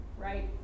Right